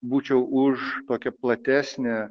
būčiau už tokią platesnę